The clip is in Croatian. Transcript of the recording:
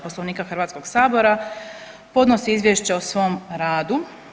Poslovnika Hrvatskog sabora podnosi izvješće o svom radu.